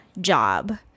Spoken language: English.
job